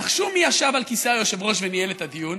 נחשו מי ישב על כיסא היושב-ראש וניהל את הדיון?